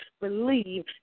believe